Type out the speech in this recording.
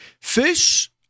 fish